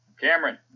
Cameron